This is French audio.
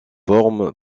forme